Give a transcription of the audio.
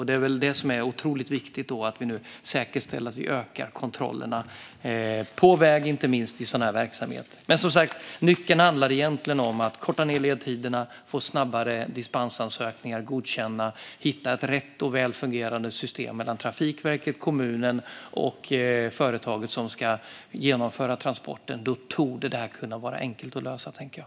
Därför är det otroligt viktigt att vi nu säkerställer att vi ökar kontrollerna på väg, inte minst i sådan här verksamhet. Men som sagt: Nyckeln handlar egentligen om att korta ned ledtiderna, att snabbare få dispensansökningar godkända och att hitta ett rätt och väl fungerande system mellan Trafikverket, kommunen och företaget som ska genomföra transporten. Då torde detta kunna vara enkelt att lösa, tänker jag.